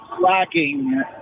lacking